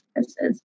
services